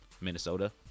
Minnesota